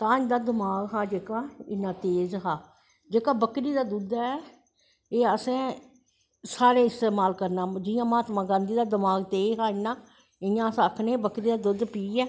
तां इंदा दमाक हा जेह्का इन्ना तेज़ हा जेह्की बकरी दा दुध्द ऐ एह् असैं सारें इस्तेमाल करनां जियां महात्मां गांधी दा दमाक तेज़ हा इयां अस आक्खनें बकरी दा दुध्द पियै